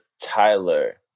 Tyler